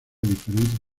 diferentes